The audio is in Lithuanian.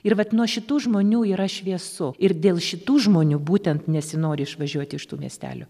ir vat nuo šitų žmonių yra šviesu ir dėl šitų žmonių būtent nesinori išvažiuoti iš tų miestelių